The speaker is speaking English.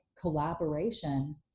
collaboration